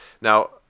Now